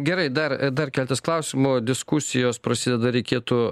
gerai dar dar keletas klausimų diskusijos prasideda reikėtų